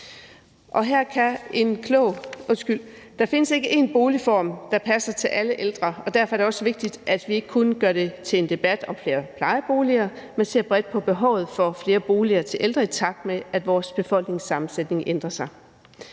Der findes ikke en boligform, der passer til alle ældre, og derfor er det også vigtigt, at vi ikke kun gør det til en debat om flere plejeboliger, men ser bredt på behovet for flere boliger til ældre, i takt med at vores befolkningssammensætning ændrer sig.